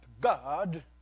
God